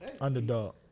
Underdog